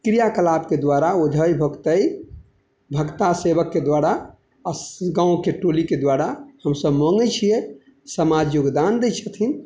क्रियाकलापके द्वारा ओझाइ भगतइ भगता सेवकके द्वारा आओर गाँवके टोलीके द्वारा हमसब माँगै छिए समाज योगदान दै छथिन